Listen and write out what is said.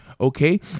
Okay